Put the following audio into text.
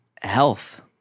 Health